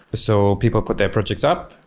so people put their projects up,